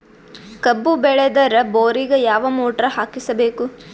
ಕಬ್ಬು ಬೇಳದರ್ ಬೋರಿಗ ಯಾವ ಮೋಟ್ರ ಹಾಕಿಸಬೇಕು?